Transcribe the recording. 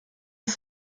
des